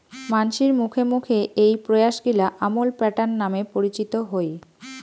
মানসির মুখে মুখে এ্যাই প্রয়াসগিলা আমুল প্যাটার্ন নামে পরিচিত হই